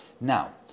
Now